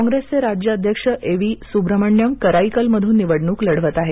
कॉंग्रैसचे राज्य अध्यक्ष A V Subramaniam Karaikal मधून निवडणूक लढवत आहेत